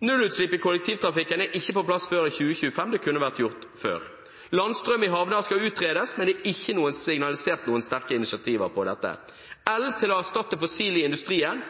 Nullutslipp i kollektivtrafikken er ikke på plass før i 2025. Det kunne vært gjort før. Landstrøm i havner skal utredes, men det er ikke signalisert noen sterke initiativer på dette. El til å erstatte fossil i industrien